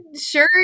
Sure